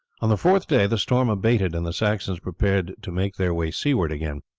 on the fourth day the storm abated, and the saxons prepared to make their way seaward again.